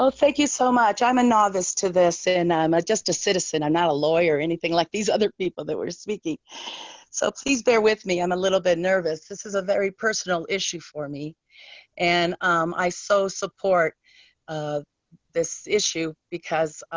ah thank you so much. i'm a novice to this and just a citizen. i'm not a lawyer or anything like these other people that were speaking so please bear with me. i'm a little bit nervous. this is a very personal issue for me and um i so support of this issue because